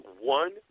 one